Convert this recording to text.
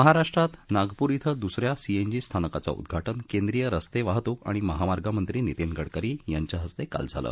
महाराष्ट्रात नागपूर धिं दुसऱ्या सीएनजी स्थानकाचं उद्दाटन केंद्रीय रस्ते वाहतूक आणि महामार्ग मंत्री नितीन गडकरी यांच्या हस्ते काल झालं